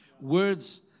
Words